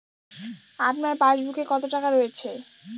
আপনার পাসবুকে কত টাকা রয়েছে?